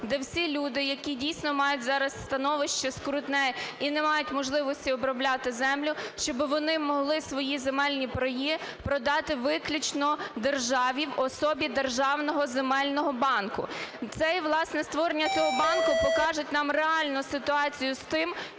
де всі люди, які дійсно мають зараз становище скрутне і не мають можливості обробляти землю, щоби вони могли свої земельні паї продати виключно державі в особі державного земельного банку. Це, власне, створення цього банку покаже нам реальну ситуацію з тим